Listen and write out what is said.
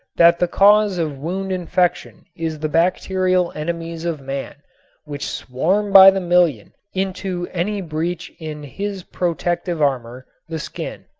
that the cause of wound infection is the bacterial enemies of man which swarm by the million into any breach in his protective armor, the skin.